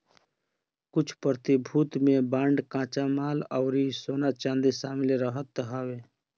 कुछ प्रतिभूति में बांड कच्चा माल अउरी सोना चांदी शामिल रहत हवे